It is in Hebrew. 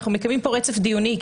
אנחנו מקיימים פה רצף דיונים,